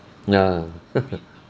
nah